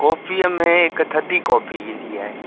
कॉफ़ीअ में हिकु थधी कॉफ़ी ईंदी आहे